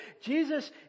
Jesus